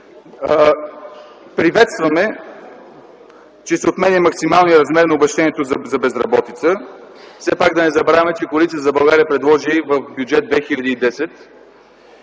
Приветстваме, че се отменя максималният размер на обезщетението за безработица. Все пак да не забравяме, че Коалиция за България предложи в Бюджет 2010